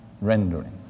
rendering